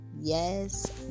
Yes